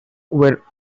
were